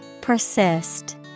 Persist